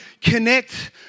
connect